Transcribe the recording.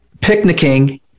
picnicking